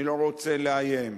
אני לא רוצה לאיים,